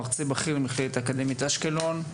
מרצה בכיר במכללה האקדמית אשקלון.